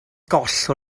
goll